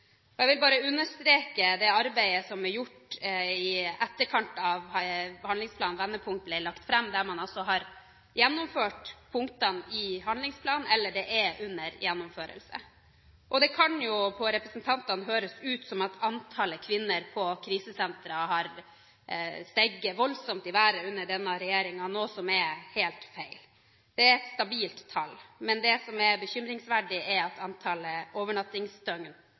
lite. Jeg vil bare understreke det arbeidet som er gjort i etterkant av at handlingsplanen Vendepunkt ble lagt fram; man har altså gjennomført punktene i handlingsplanen, eller de er under gjennomføring. Det kan på representantene høres ut som om antallet kvinner på krisesentrene har steget voldsomt under denne regjeringen, noe som er helt feil. Det er et stabilt tall. Men det som er bekymringsfullt, er at antall overnattingsdøgn